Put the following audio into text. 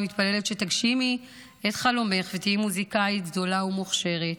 אני מתפללת שתגשימי את חלומך ותהיי מוזיקאית גדולה ומוכשרת,